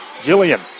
Jillian